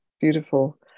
beautiful